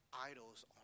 idols